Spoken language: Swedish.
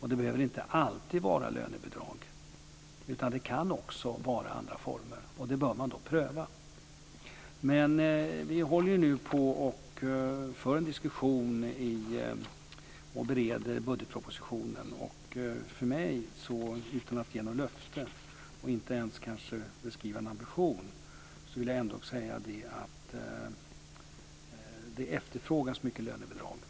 Det behöver inte alltid vara lönebidrag. Det kan också vara andra former, och det bör man pröva. Vi håller nu på att föra en diskussion och bereder budgetpropositionen. Jag vill ändå säga följande, utan att ge något löfte, och kanske inte ens beskriva en ambition. Det efterfrågas mycket lönebidrag.